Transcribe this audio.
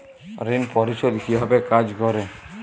ঋণ পরিশোধ কিভাবে কাজ করে?